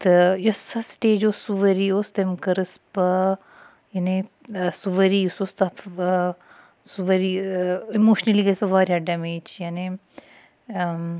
تہٕ یوٚس سۄ سٹیج اوس سُہ ؤری اوس تمۍ کٔرِس بہٕ یعنی سُہ ؤری یُس اوس تَتھ سُہ ؤری اِموشنلی گٔیَس بہٕ واریاہ ڈیمیج یعنے